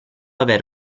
aver